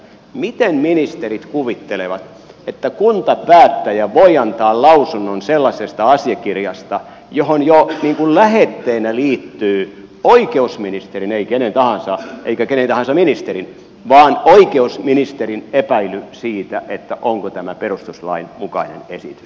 miten ministerit kuvittelevat että kuntapäättäjä voi antaa lausunnon sellaisesta asiakirjasta johon jo lähetteenä liittyy oikeusministerin ei kenen tahansa eikä kenen tahansa ministerin vaan oikeusministerin epäily siitä onko tämä perustuslain mukainen esitys